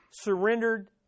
surrendered